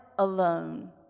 Alone